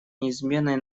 неизменной